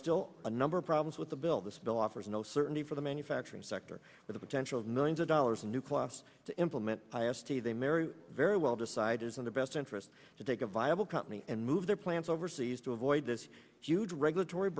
still a number of problems with the bill this bill offers no certainty for the manufacturing sector with the potential of millions of dollars a new class to implement highest e they marry very well decide is in the best interest to take a viable company and move their plans overseas to avoid this huge regulatory